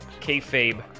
kayfabe